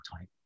type